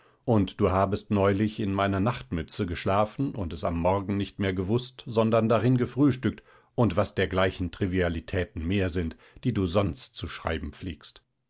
und du habest neulich in meiner nachtmütze geschlafen und es am morgen nicht mehr gewußt sondern darin gefrühstückt und was dergleichen trivialitäten mehr sind die du sonst zu schreiben pflegst